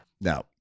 Now